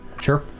Sure